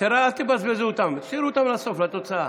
אל תבזבזו אותן, תשאירו אותן לסוף, לתוצאה.